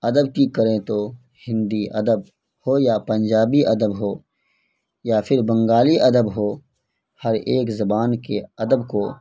ادب کی کریں تو ہندی ادب ہو یا پنجابی ادب ہو یا پھر بنگالی ادب ہو ہر ایک زبان کے ادب کو